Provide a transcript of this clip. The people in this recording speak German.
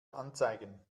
anzeigen